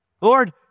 Lord